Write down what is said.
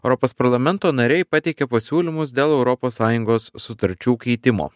europos parlamento nariai pateikė pasiūlymus dėl europos sąjungos sutarčių keitimo